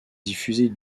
diffusée